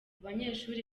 abanyeshuri